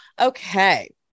okay